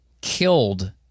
killed –